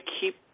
keep